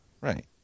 Right